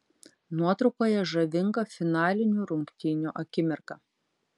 nuotraukoje žavinga finalinių rungtynių akimirka